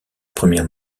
première